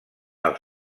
els